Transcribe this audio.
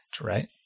right